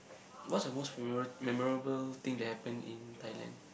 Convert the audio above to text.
what's the most memorab~ memorable thing that happened in Thailand